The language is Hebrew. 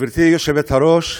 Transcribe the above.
גברתי היושבת-ראש,